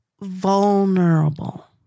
vulnerable